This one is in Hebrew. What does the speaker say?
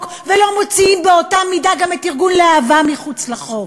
ולא מוציאים באותה מידה גם את ארגון להב"ה מחוץ לחוק?